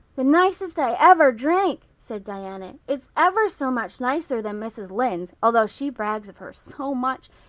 the nicest i ever drank, said diana. it's ever so much nicer than mrs. lynde's, although she brags of hers so much.